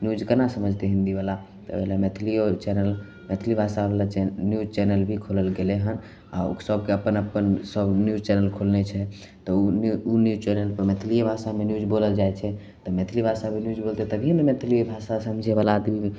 news कोना समझतै हिन्दीवला तऽ ओहिले मैथिलिओ चैनल मैथिली भाषावला चै न्यूज चैनल भी खोलल गेलै हँ आओर ओ सबके अपन अपन सब न्यूज चैनल खोलने छै तऽ ओ न्यू ओ न्यूज चैनलपर मैथिलिए भाषामे न्यूज बोलल जाइ छै तऽ मैथिली भाषामे न्यूज बोलतै तभी ने मैथिली भाषा समझैवला आदमी